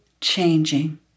changing